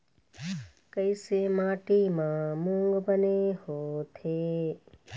कइसे माटी म मूंग बने होथे?